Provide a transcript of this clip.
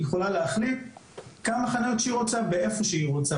היא יכולה להכניס כמה חניות שהיא רוצה ואיפה שהיא רוצה,